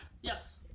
Yes